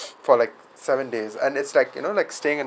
for like seven days and it's like you know like staying in